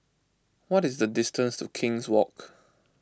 what is the distance to King's Walk